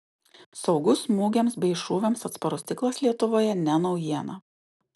saugus smūgiams bei šūviams atsparus stiklas lietuvoje ne naujiena